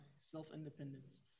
self-independence